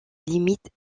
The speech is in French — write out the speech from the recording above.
limite